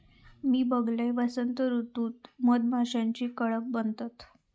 मी बघलंय, वसंत ऋतूत मधमाशीचे कळप बनतत